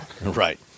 Right